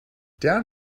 down